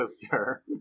sister